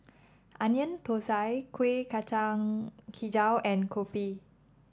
Onion Thosai Kueh Kacang hijau and Kopi